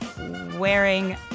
wearing